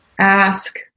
ask